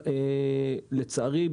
לצערי,